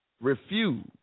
refuse